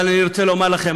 אבל אני רוצה לומר לכם,